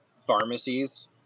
pharmacies